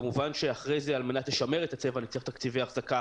כמובן שאחרי זה על מנת לשמר את הצבע נצטרך תקציבי אחזקה